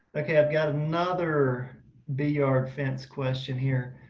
okay, i've got another bee yard fence question here.